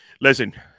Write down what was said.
listen